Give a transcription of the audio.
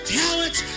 talents